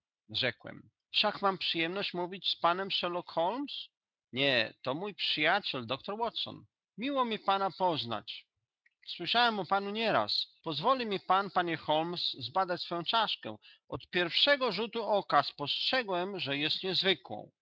rzekłem wszak mam przyjemność mówić z panem sherlock holmes nie to mój przyjaciel doktor watson miło mi pana poznać słyszałem o panu nieraz pozwoli mi pan panie holmes zbadać swoją czaszkę od pierwszego rzutu oka spostrzegłem że jest